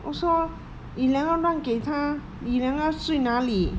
我说 yu liang 要让给他 yu liang 要睡那里